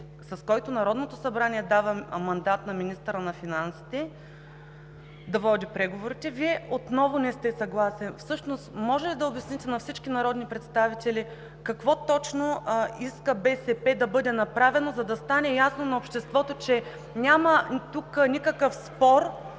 с който Народното събрание дава мандат на министъра на финансите да води преговорите, Вие отново не сте съгласен. Всъщност може ли да обясните на всички народни представители какво точно БСП иска да бъде направено, за да стане ясно на обществото, че тук няма никакъв спор